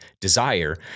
desire